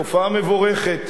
תופעה מבורכת.